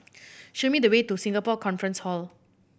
show me the way to Singapore Conference Hall